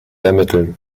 ermitteln